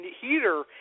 heater